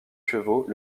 chevaux